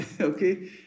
okay